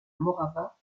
morava